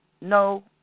no